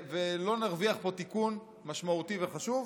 ולא נרוויח פה תיקון משמעותי וחשוב.